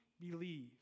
believe